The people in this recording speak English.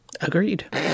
Agreed